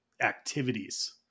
activities